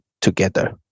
together